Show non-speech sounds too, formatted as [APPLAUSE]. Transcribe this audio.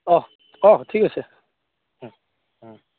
অঁ [UNINTELLIGIBLE] ঠিক আছে